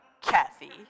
Kathy